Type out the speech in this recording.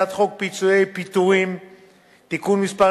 את הצעת חוק פיצויי פיטורים (תיקון מס'